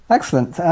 Excellent